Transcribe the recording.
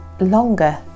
longer